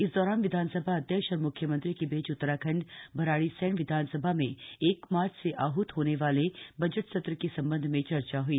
इस दौरान विधानसभा अध्यक्ष और मुख्यमंत्री के बीच उत्तराखंड भराड़ीसैंण विधानसभा में एक मार्च से आहत होने वाले बजट सत्र के संबंध में चर्चा हई